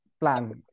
plan